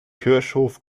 kirchhof